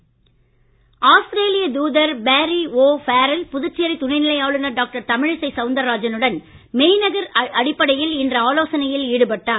ஆஸ்திரேலியதூதர் Australia தூதர் திரு Barry O'Farrell Puducherry துணை நிலை ஆளுநர் டாக்டர் தமிழிசை சவுந்தரராஜனுடன் மெய்நிகர் அடிப்படையில் இன்று ஆலோசனையில் ஈடுபட்டார்